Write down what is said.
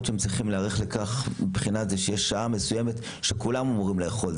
שהם צריכים להיערך אליה כאשר יש שעה מסוימת שכולם אמורים לאכול.